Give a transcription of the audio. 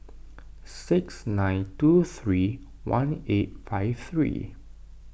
six nine two three one eight five three